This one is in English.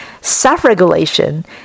Self-regulation